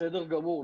בסדר גמור.